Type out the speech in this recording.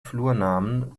flurnamen